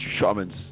Shamans